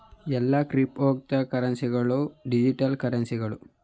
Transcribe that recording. ಎಲ್ಲಾ ಕ್ರಿಪ್ತೋಕರೆನ್ಸಿ ಗಳು ಡಿಜಿಟಲ್ ಕರೆನ್ಸಿಗಳು